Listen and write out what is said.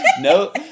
no